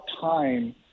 time